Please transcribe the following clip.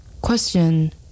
Question